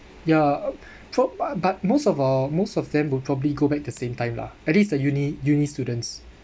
ya but most of all most of them would probably go back the same time lah at least the uni uni students